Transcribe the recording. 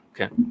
Okay